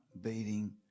beating